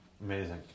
Amazing